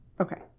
Okay